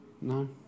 No